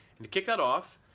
and to kick that off,